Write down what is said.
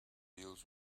deals